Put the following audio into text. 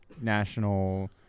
national